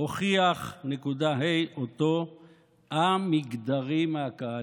הוכיח.ה אותו א-מגדרי מהקהל.